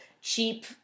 cheap